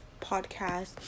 podcast